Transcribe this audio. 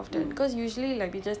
like